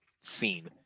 seen